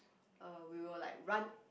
uh we will like run